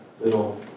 little